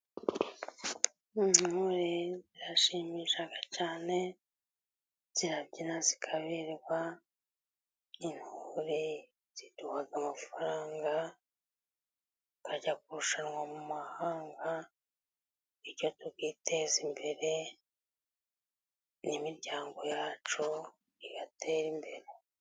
Intore zirashimishaga cyane; zirabyina zikaberwa, intore ziduhaga amafarang,a zikajya kurushanwa mu mahanga, bityo tukiteza imbere n'imiryango yacu igatera imbere.